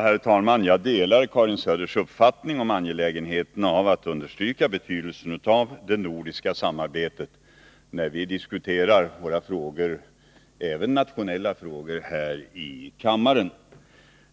Herr talman! Jag delar Karin Söders uppfattning om angelägenheten av att understryka betydelsen av det nordiska samarbetet när vi diskuterar våra frågor, även nationella sådana, här i kammaren.